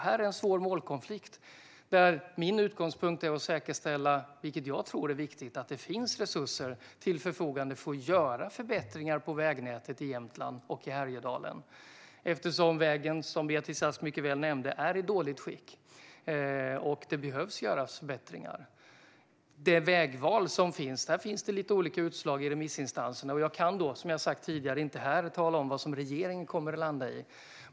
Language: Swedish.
Här är en svår målkonflikt där min utgångspunkt är att säkerställa, vilket jag tror är viktigt, att det finns resurser till förfogande för att göra förbättringar på vägnätet i Jämtland och Härjedalen. Vägen är, som Beatrice Ask nämnde, i dåligt skick, och det behövs göras förbättringar. Det finns lite olika utslag hos remissinstanserna när det gäller de vägval som finns. Jag kan inte här tala om, som jag har sagt tidigare, vad regeringen kommer att landa i.